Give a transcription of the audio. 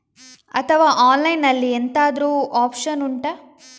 ಅಥವಾ ಆನ್ಲೈನ್ ಅಲ್ಲಿ ಎಂತಾದ್ರೂ ಒಪ್ಶನ್ ಉಂಟಾ